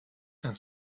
and